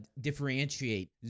differentiate